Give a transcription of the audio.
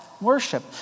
worship